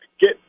get